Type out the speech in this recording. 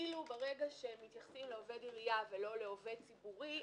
כאילו שברגע שמתייחסים לעובד העירייה כ- -- עובד ציבורי,